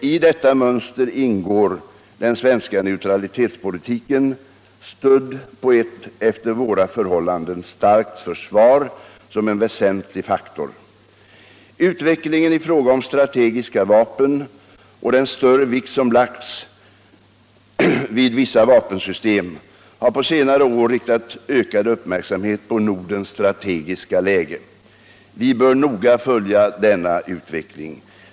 I detta mönster ingår den svenska neutralitetspolitiken, stödd på ett efter våra förhållanden starkt försvar, som en väsentlig faktor. Utvecklingen i fråga om strategiska vapen och den större vikt som lagts vid vissa vapensystem har på senare år riktat ökad uppmärksamhet på Nordens strategiska läge: Vi bör noga följa denna utveckling.